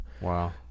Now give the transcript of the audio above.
wow